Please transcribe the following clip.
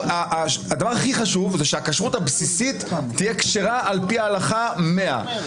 הדבר הכי חשוב שהכשרות הבסיסית תהיה כשרה על פי ההלכה במאת האחוזים.